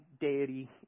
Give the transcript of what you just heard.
deity